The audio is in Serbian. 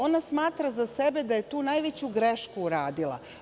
Ona smatra za sebe da je tu najveću grešku uradila.